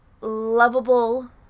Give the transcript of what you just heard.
lovable